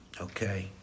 okay